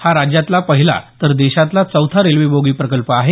हा राज्यातला पहिला तर देशातला चौथा रेल्वे बोगी प्रकल्प आहे